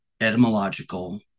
etymological